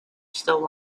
still